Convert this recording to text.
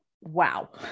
wow